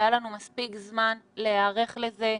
היה לנו מספיק זמן להיערך לזה,